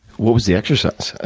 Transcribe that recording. what was the exercise? ah